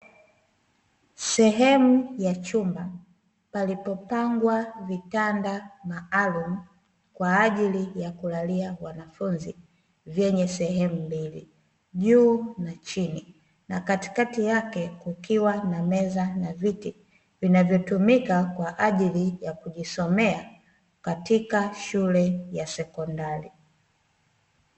Sehemu ya chumba, palipopangwa vitanda maalumu kwa ajili ya kulalia wanafunzi, vyenye sehemu mbili juu na chini. Na katikati yake kukiwa na meza na viti, vinavyotumika kwa ajili ya kujisomea, katika shule ya sekondari.